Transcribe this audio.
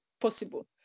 possible